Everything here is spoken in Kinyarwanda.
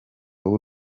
w’u